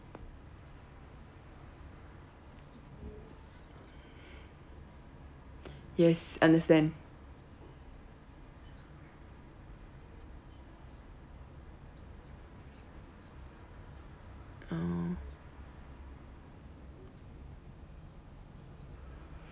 yes understand um